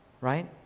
right